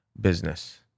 business